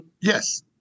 yes